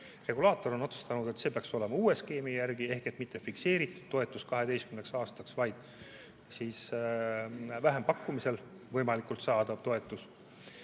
Regulaator on otsustanud, et see peaks olema uue skeemi järgi ehk mitte fikseeritud toetus 12 aastaks, vaid vähempakkumisel võimalik saadav toetus.